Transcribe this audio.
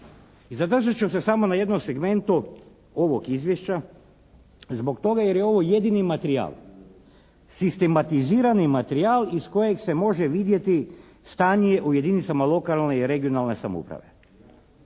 i zadržat ću se samo na jednom segmentu ovog izvješća zbog toga jer je ovo jedini materijal, sistematizirani materijal iz kojeg se može vidjeti stanje u jedinicama lokalne i regionalne samouprave.